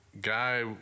guy